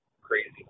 crazy